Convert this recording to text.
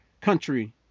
country